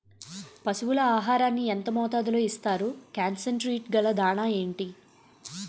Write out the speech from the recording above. పశువుల ఆహారాన్ని యెంత మోతాదులో ఇస్తారు? కాన్సన్ ట్రీట్ గల దాణ ఏంటి?